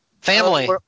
family